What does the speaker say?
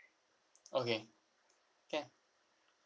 okay can